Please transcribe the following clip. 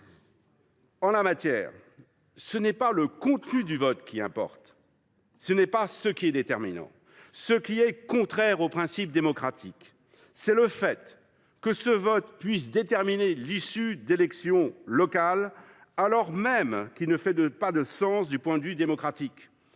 en la matière, ce n’est pas le contenu du vote des détenus qui est déterminant. Ce qui est contraire au principe démocratique, c’est le fait que ce vote puisse déterminer l’issue de certaines élections locales, alors même qu’il n’a pas de sens d’un point de vue démocratique